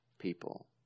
People